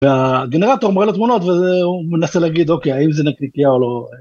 והגנרטור מראה לו תמונות וזה הוא מנסה להגיד אוקיי האם זה נקניקייה או לא